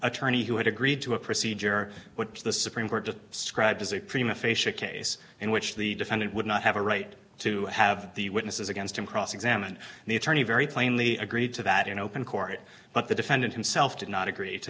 attorney who had agreed to a procedure which the supreme court just scribe has a prima facia case in which the defendant would not have a right to have the witnesses against him cross examined the attorney very plainly agreed to that in open court but the defendant himself did not agree to